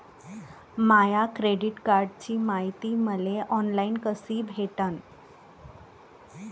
माया credit कार्डची मायती मले ऑनलाईन कसी भेटन?